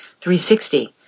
360